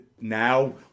now